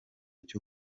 cyo